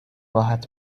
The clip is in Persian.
راحت